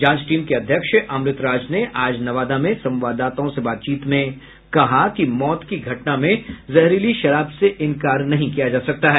जांच टीम के अध्यक्ष अमृत राज ने आज नवादा में संवाददाताओं से बातचीत में कहा कि मौत की घटना में जहरीली शराब से इंकार नहीं किया जा सकता है